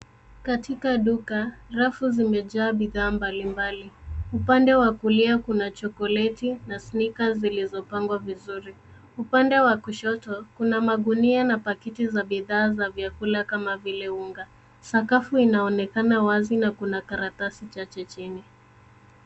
Katika duka, rafu zimejaa bidhaa mbalimbali, upande wa kulia kuna chokoleti na sniker zilizopangwa vizuri. Upande wa kushoto kuna magunia na paketi za bidhaa za vyakula kama vile unga. Sakafu inaonekana wazi a kuna karatasi chache chini.